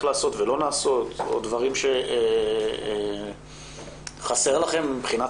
לעשות ולא נעשו עוד או דברים שחסרים לכם מבחינת